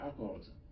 alcoholism